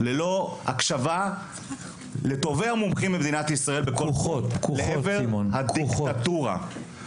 ללא הקשבה לטובי המומחים במדינת ישראל לעבר הדיקטטורה,